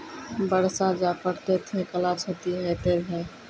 बरसा जा पढ़ते थे कला क्षति हेतै है?